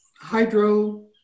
Hydro